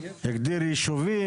הגדיר יישובים?